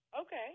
Okay